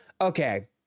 Okay